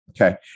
Okay